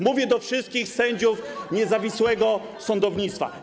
Mówię do wszystkich sędziów niezawisłego sądownictwa.